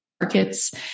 markets